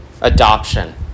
Adoption